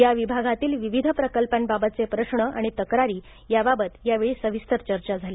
या विभागातील विविध प्रकल्पांबाबतचे प्रश्न आणि तक्रारी याबाबत यावेळी सविस्तर चर्चा झाली